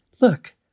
look